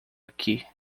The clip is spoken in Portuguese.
aqui